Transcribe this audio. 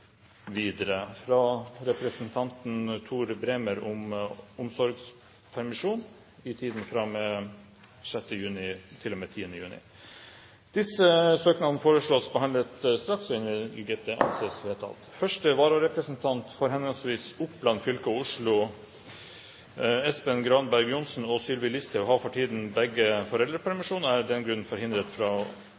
videre fra representanten Tor Bremer om omsorgspermisjon i tiden fra og med 6. juni til og med 10. juni Disse søknader foreslås behandlet straks og innvilget. – Det anses vedtatt. Første vararepresentant for henholdsvis Oppland fylke og Oslo, Espen Granberg Johnsen og Sylvi Listhaug, har for tiden begge foreldrepermisjon og er av den grunn forhindret fra